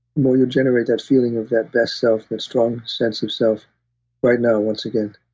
more you generate that feeling of that best self, that strong sense of self right now, once again.